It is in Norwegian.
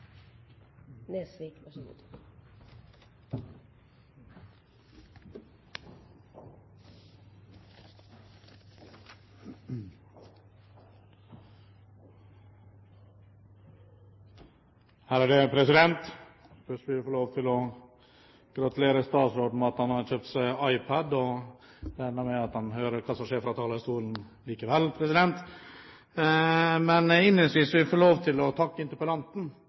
Først vil jeg få lov til å gratulere statsråden med at han har kjøpt seg iPad. Jeg regner med at han hører hva som skjer på talerstolen likevel. Innledningsvis vil jeg få lov til å takke interpellanten